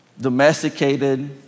domesticated